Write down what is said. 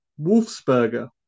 Wolfsburger